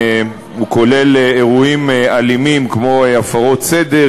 הוא כולל אירועים אלימים כמו הפרות סדר,